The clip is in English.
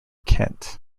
kent